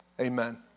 amen